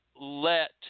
Let